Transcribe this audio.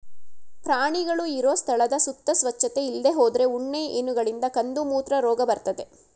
ಪ್ರಾಣಿಗಳು ಇರೋ ಸ್ಥಳದ ಸುತ್ತ ಸ್ವಚ್ಚತೆ ಇಲ್ದೇ ಹೋದ್ರೆ ಉಣ್ಣೆ ಹೇನುಗಳಿಂದ ಕಂದುಮೂತ್ರ ರೋಗ ಬರ್ತದೆ